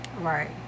Right